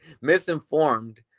misinformed